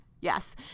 Yes